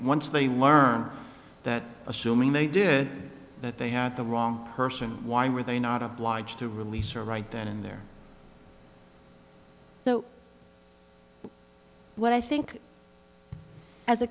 once they learn that assuming they did that they had the wrong person why were they not obliged to release or right then and there so what i think as a